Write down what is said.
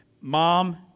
mom